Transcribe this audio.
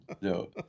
No